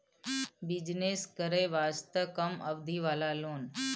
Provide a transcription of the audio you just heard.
Business करे वास्ते कम अवधि वाला लोन?